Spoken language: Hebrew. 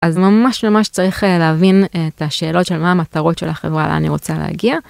אז ממש ממש צריך להבין את השאלות של מה המטרות של החברה לאן אני רוצה להגיע.